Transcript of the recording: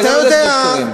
אתה גם יודע שאלו שקרים.